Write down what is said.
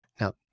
Now